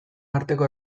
arteko